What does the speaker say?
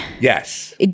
Yes